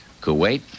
Kuwait